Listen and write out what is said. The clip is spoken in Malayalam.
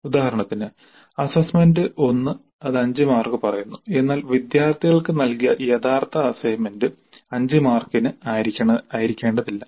ഉദാഹരണത്തിന് അസൈൻമെന്റ് 1 അത് 5 മാർക്ക് പറയുന്നു എന്നാൽ വിദ്യാർത്ഥികൾക്ക് നൽകിയ യഥാർത്ഥ അസൈൻമെന്റ് 5 മാർക്കിന് ആയിരിക്കേണ്ടതില്ല